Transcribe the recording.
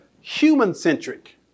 human-centric